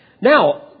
Now